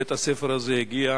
בית-הספר הזה הגיע